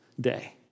day